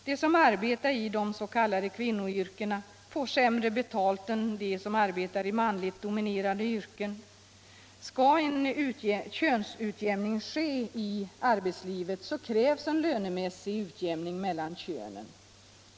De som arbetar i de s.k. kvinnoyrkena får sämre betalt än de som arbetar i manligt dominerade yrken. För att en könsutjämning ute i arbetslivet skall ske krävs en lönemässig utjämning mellan könen.